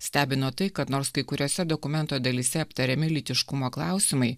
stebino tai kad nors kai kuriose dokumento dalyse aptariami lytiškumo klausimai